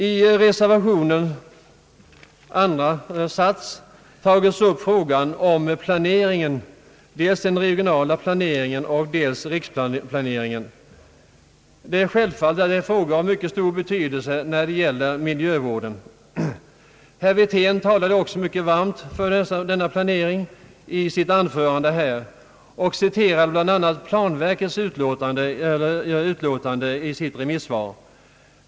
I reservationen tages också upp frågan om planeringen, dels den regionala och dels riksplaneringen. Detta är självfallet en fråga av mycket stor betydelse när det gäller miljövården. Herr Wirtén talade mycket varmt för denna planering i sitt anförande och citerade bl.a. vad planverket sagt i sitt remissvar.